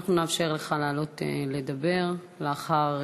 אנחנו נאפשר לך לעלות לדבר לאחר